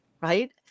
right